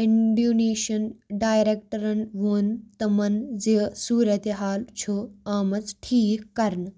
Indonesian ڈایریکٹرن ووٚن تِمَن زِ صورتِحال چھُ آمٕژ ٹھیٖک کرنہٕ